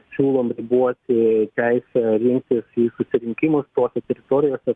siūlom riboti teisę rinktis į susirinkimus tose teritorijose